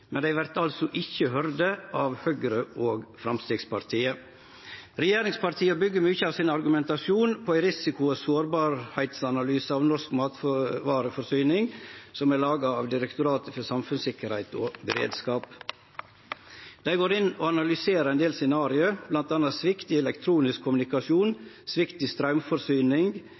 men dei vert altså ikkje høyrde av Høgre og Framstegspartiet. Regjeringspartia byggjer mykje av sin argumentasjon på ein risiko- og sårbarheitsanalyse av norsk matvareforsyning som er laga av Direktoratet for samfunnssikkerhet og beredskap. Dei går inn og analyserer ein del scenario, bl.a. svikt i elektronisk kommunikasjon, svikt i straumforsyning,